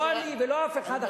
לא אני ולא אף אחד אחר,